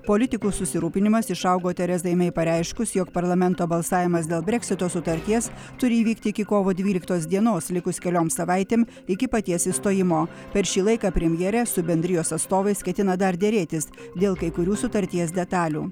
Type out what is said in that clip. politikų susirūpinimas išaugo terezai mei pareiškus jog parlamento balsavimas dėl breksito sutarties turi įvykti iki kovo dvyliktos dienos likus keliom savaitėm iki paties išstojimo per šį laiką premjerė su bendrijos atstovais ketina dar derėtis dėl kai kurių sutarties detalių